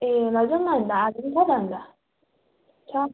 ए लैजाउन अन्त आलु पनि छ त अन्त छ